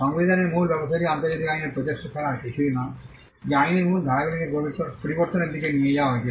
সংবিধানের মূল ব্যবস্থাটি আন্তর্জাতিক আইনে প্রচেষ্টা ছাড়া আর কিছুই নয় যা আইনের মূল ধারাগুলিকে পরিবর্তনের দিকে নিয়ে যাওয়া হয়েছিল